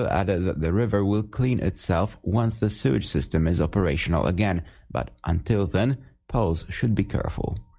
and the river will clean itself once the sewer system is operational again but until then polls should be careful,